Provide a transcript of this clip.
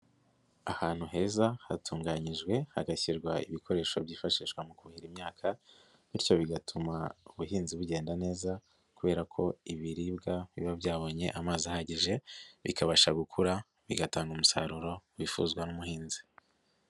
Ahantu heza hatunganyijwe hagashyirwa ibikoresho byifashishwa mu kuhira imyaka bityo bigatuma ubuhinzi bugenda neza kubera ko ibiribwa biba byabonye amazi ahagije, bikabasha gukura bigatanga umusaruro wifuzwa n'ubuhinzi.